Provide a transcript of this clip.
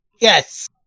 yes